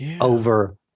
over